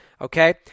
okay